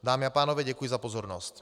Dámy a pánové, děkuji za pozornost.